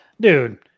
dude